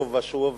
שוב ושוב,